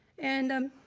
and, um